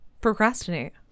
Procrastinate